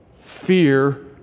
Fear